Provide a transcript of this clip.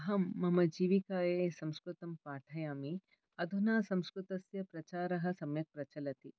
अहं मम जीविकायै संस्कृतं पाठयामि अधुना संस्कृतस्य प्रचारः सम्यक् प्रचलति